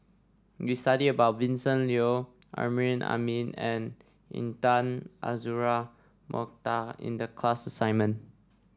we studied about Vincent Leow Amrin Amin and Intan Azura Mokhtar in the class assignment